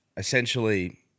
Essentially